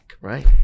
right